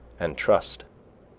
and trust.